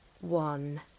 one